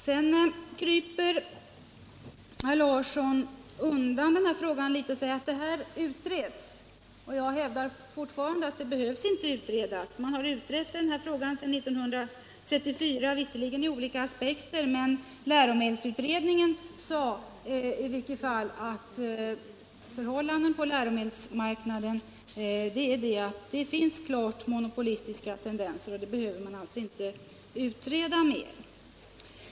Sedan viker herr Larsson undan i denna fråga litet och säger att den utreds. Jag hävdar fortfarande att frågan inte behöver utredas. Den har utretts sedan 1934, även om det har skett från olika aspekter. Men läromedelsutredningen sade i vilket fall som helst att förhållandena på läromedelsmarknaden är sådana att det finns klart monopolistiska tendenser där. Den saken behöver man alltså inte utreda mera.